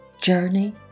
Journey